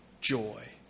joy